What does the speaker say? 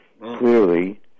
Clearly